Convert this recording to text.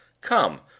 Come